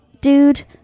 dude